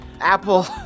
Apple